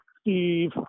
Steve